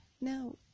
now